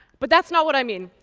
but that's not what i mean!